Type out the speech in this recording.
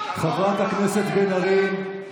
חבר הכנסת שטרן.